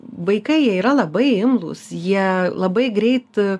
vaikai jie yra labai imlūs jie labai greit